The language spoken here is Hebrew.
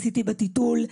עשיתי בטיטול",